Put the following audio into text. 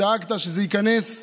דאגת שזה ייכנס,